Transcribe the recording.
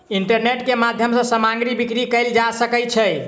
internet के माध्यम सॅ सामग्री बिक्री कयल जा सकै छै